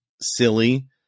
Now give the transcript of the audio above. silly